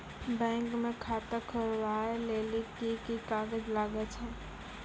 Bank म खाता खोलवाय लेली की की कागज लागै छै?